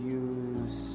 use